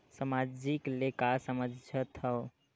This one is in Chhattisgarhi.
सामाजिक ले का समझ थाव?